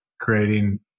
creating